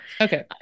okay